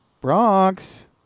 Bronx